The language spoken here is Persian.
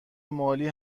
مالی